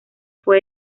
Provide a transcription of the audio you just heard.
fue